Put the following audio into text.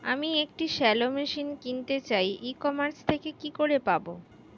আমি একটি shallow machine কিনতে চাই ই কমার্স থেকে কি করে পাবো?